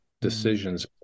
decisions